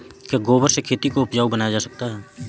क्या गोबर से खेती को उपजाउ बनाया जा सकता है?